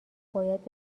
باید